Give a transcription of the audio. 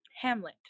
Hamlet